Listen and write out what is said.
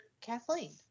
Kathleen